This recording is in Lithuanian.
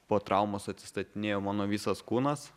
po traumos atsistatinėjo mano visas kūnas